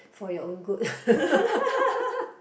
for your own good